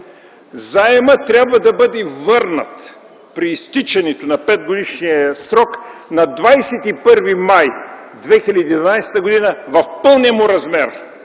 Заемът трябва да бъде върнат при изтичането на петгодишния срок на 21 май 2012 г. в пълния му размер